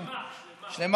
השלמה,